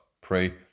pray